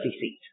seat